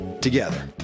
together